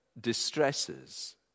distresses